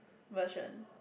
version